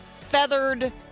feathered